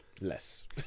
less